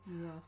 Yes